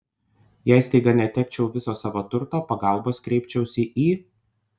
jei staiga netekčiau viso savo turto pagalbos kreipčiausi į